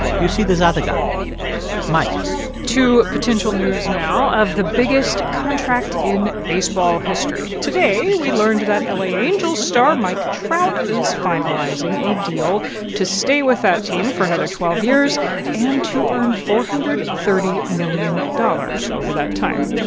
you see this other guy mike to potential news now of the biggest contract in baseball history today we learned that l a. angels star mike trout is finalizing a deal to stay with that team for another twelve years and to earn four hundred and thirty million dollars over that time